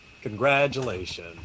congratulations